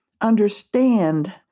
understand